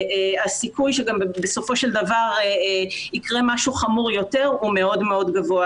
הסיכוי שבסופו של דבר יקרה משהו חמור יותר הוא מאוד גבוה,